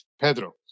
Pedro